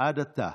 עד עתה.